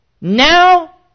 Now